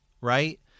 right